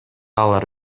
алар